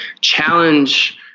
challenge